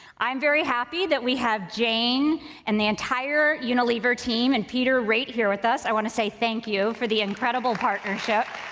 i'm very happy that we have jane and the entire unilever team, and peter, right here with us. i wanna say thank you for the incredible partnership.